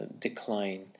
decline